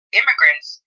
immigrants